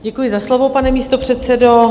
Děkuji za slovo, pane místopředsedo.